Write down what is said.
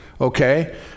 Okay